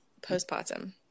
postpartum